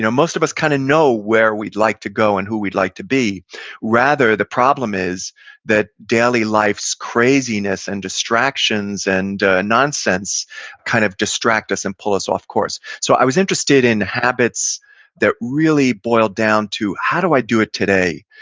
most of us kind of know where we'd like to go and who we'd like to be rather, the problem is that daily life's craziness and distractions and nonsense kind of distract us and pull us off course. so, i was interested in habits that really boiled down to, how do i do it today?